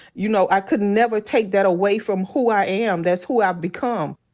you know, i could never take that away from who i am. that's who i've become.